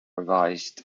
revised